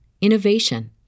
innovation